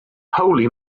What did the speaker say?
holy